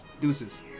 deuces